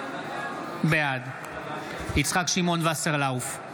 בעד יצחק שמעון וסרלאוף,